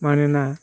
मानोना